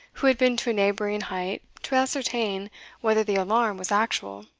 who had been to a neighbouring height to ascertain whether the alarm was actual.